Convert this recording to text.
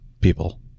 people